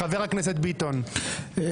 חבר הכנסת ביטון, בבקשה.